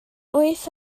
wyth